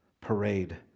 parade